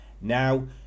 now